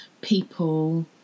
people